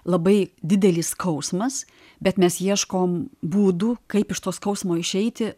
labai didelis skausmas bet mes ieškom būdų kaip iš to skausmo išeiti